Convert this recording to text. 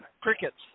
Crickets